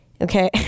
Okay